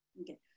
Okay